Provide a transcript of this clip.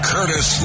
Curtis